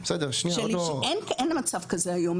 אין מצב כזה היום,